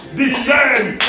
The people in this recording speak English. descend